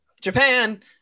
japan